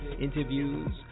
interviews